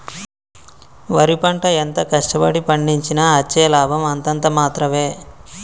వరి పంట ఎంత కష్ట పడి పండించినా అచ్చే లాభం అంతంత మాత్రవే